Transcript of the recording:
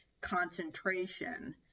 concentration